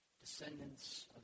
descendants